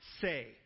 say